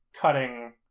cutting